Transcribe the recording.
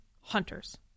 hunters